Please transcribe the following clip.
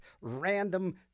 random